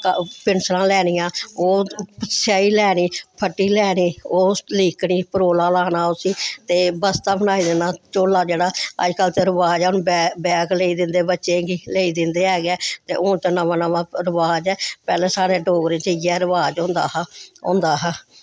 पिंसलां लैनियां ओह् स्याही लैनी फट्टी लैनी ओह् लीकनी परोला लाना उस्सी ते बसता बनाई देना झोल्ला जेह्ड़ा अज कल ते रवाज ऐ बैग लेई दिंदे बच्चें गी लेई दिंदे है गै ते हून ते नमां नमां रवाज ऐ पैह्लैं साढ़ै डोगरें च इयै रवाज होंदा हा